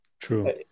True